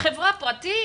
חברה פרטית,